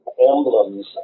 emblems